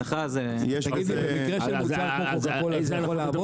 ההנחה --- במקרה של מוצר כמו קוקה קולה זה יכול לעבוד?